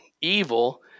evil